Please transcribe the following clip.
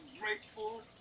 grateful